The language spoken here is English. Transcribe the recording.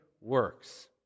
works